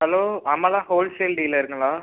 hello Amala wholesale டீலர்ங்களா